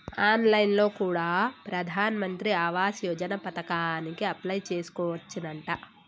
on line లో కూడా ప్రధాన్ మంత్రి ఆవాస్ యోజన పథకానికి అప్లై చేసుకోవచ్చునంట